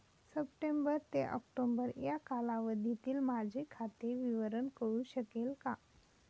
September ते October या कालावधीतील माझे खाते विवरण कळू शकेल का?